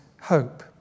hope